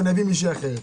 אבל נביא מישהי אחרת.